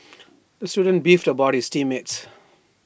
the student beefed about his team mates